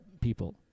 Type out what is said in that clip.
people